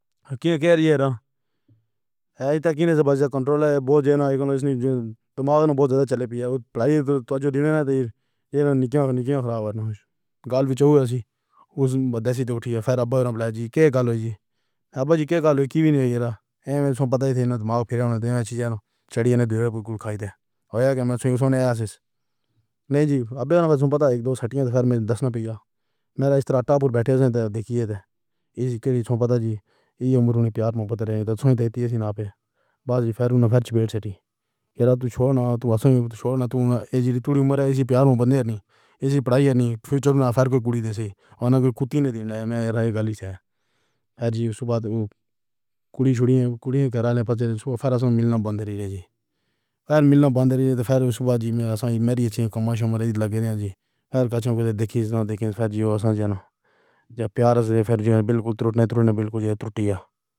ہک کے کہہ رہی ہے نا؟ ایسی طاقت سے بچ کنٹرول بہت جانا ہے۔ اس نے دماغ نہ بہت زیادہ چلی۔ پورا دن نِکّی نِکّی خبر نہ۔ کال چہل اسی۔ اُس دن اُٹھی ہے پھر آپ بیٹھے جی کال ہوئی جی اب جی کے کال ہوئی کی نہیں ہو جاتا۔ ایسا پتہ نہیں تھا نا دماغ پھر جانے دیں چاہیے نا چڑھی جانے دیور بھول کھائی دے ہو یا نہیں جی اب پتہ ایک دو ستیاں پھر میں دست نہیں پیا میرا راتاپور بیٹھے دیکھیے تو یہ سب پتہ جی یہ عمر نے پیار میں پتہ لگایا تھا اسی نام پر بازی پھیروں نے پھیر چھیڑ سیٹ کیا تو چھوڑنا تو چھوڑنا تو جتنی عمر پیار بندی ایسی پڑھائی نہیں پھر چار فائیو کی کڑی دیسی کتے نے گلی سے ہر صبح کڑی چھوڑی کڑی کروانے پر ملنا بند رہ جائے۔ ملنا بند رہے تو پھر صبح جی میری کمائی مریج لگی ہے جی ہر کسی کو دیکھی تو دیکھی پھر جی آفت جانو یا پیار سے پھر بالکل ٹوٹنے تک بالکل ٹوٹ گیا۔